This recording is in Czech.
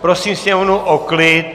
Prosím sněmovnu o klid.